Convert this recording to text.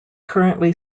currently